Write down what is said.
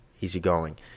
easygoing